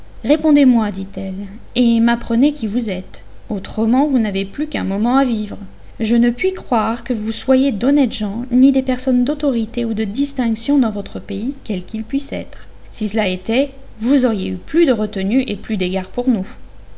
répondez-moi ditelle et m'apprenez qui vous êtes autrement vous n'avez plus qu'un moment à vivre je ne puis croire que vous soyez d'honnêtes gens ni des personnes d'autorité ou de distinction dans votre pays quel qu'il puisse être si cela était vous auriez eu plus de retenue et plus d'égards pour nous